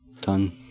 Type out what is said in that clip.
Done